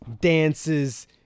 dances